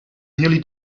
nearly